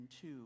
two